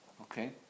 Okay